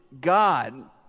God